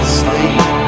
sleep